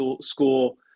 school